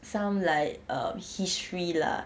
some like um history lah